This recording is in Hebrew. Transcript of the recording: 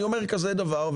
אני אומר כזה דבר,